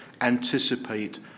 anticipate